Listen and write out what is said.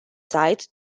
side